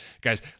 guys